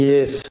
Yes